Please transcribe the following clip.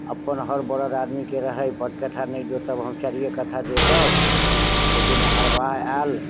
अपन हर बड़द आदमीकेँ रहय पाँच कट्ठा नहि जोतब हम चारिए कट्ठा जोतब लेकिन हरवाह आयल